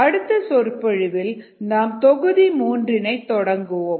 அடுத்து சொற்பொழிவில் நாம் தொகுதி மூன்றினை தொடங்குவோம்